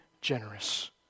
generous